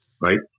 right